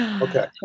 Okay